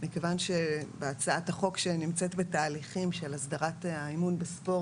מכיוון שבהצעת החוק שנמצאת בתהליכים של הסדרת האימון בספורט